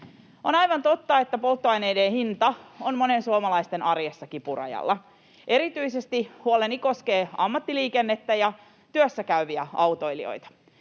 On aivan totta, että polttoaineiden hinta on monen suomalaisen arjessa kipurajalla. Erityisesti huoleni koskee ammattiliikennettä ja työssäkäyviä autoilijoita.